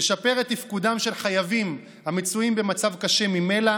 הצעת החוק תשפר את תפקודם של חייבים המצויים במצב קשה ממילא